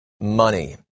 money